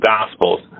Gospels